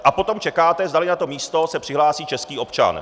A potom čekáte, zdali na to místo se přihlásí český občan.